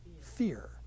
fear